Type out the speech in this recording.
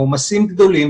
העומסים גדולים,